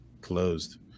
closed